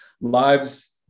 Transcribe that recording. Lives